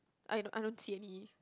I don't I don't see any